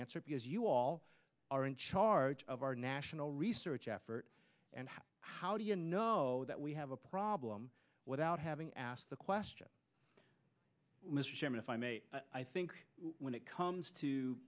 answer because you all are in charge of our national research effort and how do you know that we have a problem without having asked the question mr chairman if i may i think when it comes to